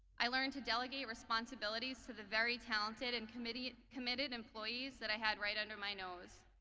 i learned to delegate responsibilities to the very talented and committed committed employees that i had right under my nose.